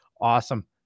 Awesome